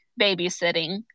babysitting